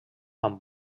amb